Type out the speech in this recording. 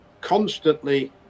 constantly